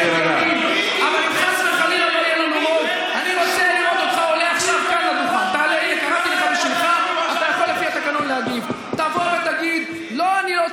ממשלת ימין --- אתה לא מתבייש --- תודה רבה.